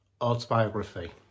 autobiography